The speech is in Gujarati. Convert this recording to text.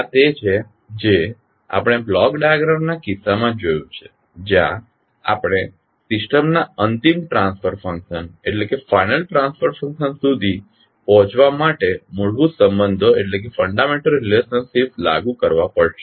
આ તે છે જે આપણે બ્લોક ડાયાગ્રામના કિસ્સામાં જોયું છે જ્યાં આપણે સિસ્ટમના અંતિમ ટ્રાન્સફર ફંકશન સુધી પહોચવા માટે મૂળભૂત સંબંધો લાગુ કરવા પડશે